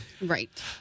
Right